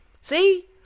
See